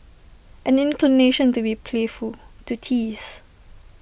an inclination to be playful to tease